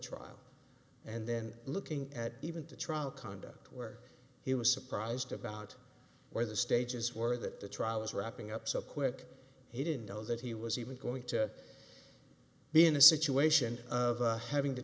trial and then looking at even the trial conduct where he was surprised about where the stages were that the trial was wrapping up so quick he didn't know that he was even going to be in a situation of having to